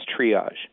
triage